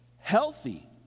Healthy